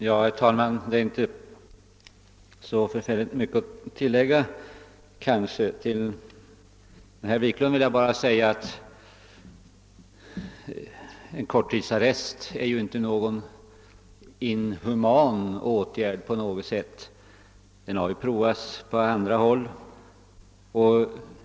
Herr talman! Det är kanske inte så särskilt mycket att tillägga till vad som sagts. Till herr Wiklund i Stockholm vill jag bara säga att en korttidsarrest inte på något sätt är en inhuman åtgärd. Den har provats på andra håll.